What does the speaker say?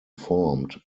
formed